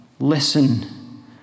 Listen